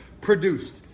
produced